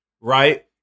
right